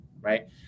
right